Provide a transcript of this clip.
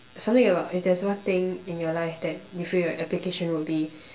something about if there's one thing in your life that you feel your application will be